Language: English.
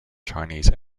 chinese